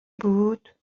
بود